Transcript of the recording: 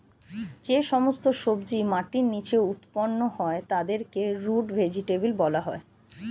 যে সমস্ত সবজি মাটির নিচে উৎপন্ন হয় তাদেরকে রুট ভেজিটেবল বলা হয়